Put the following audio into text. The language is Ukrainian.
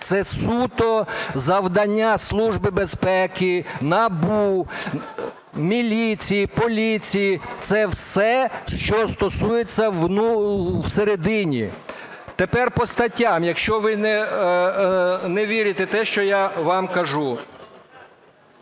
Це суто завдання Служби безпеки, НАБУ, міліції, поліції – це все, що стосується всередині. Тепер по статтям, якщо ви не вірите тому, що я вам кажу.